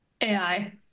AI